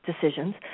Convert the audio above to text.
decisions